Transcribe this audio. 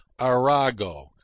Arago